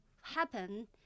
happen